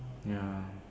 ya